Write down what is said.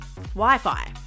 Wi-Fi